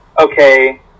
okay